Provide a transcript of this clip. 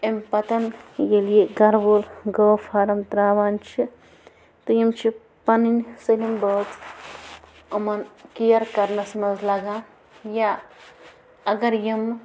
اَمہِ پَتہٕ ییٚلہِ یہِ گَرٕ وول گٲو فارَم ترٛاوان چھِ تہٕ یِم چھِ پَنٕنۍ سٲلِم بٲژ یِمَن کِیَر کَرنَس منٛز لگان یا اگر یِمہٕ